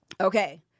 okay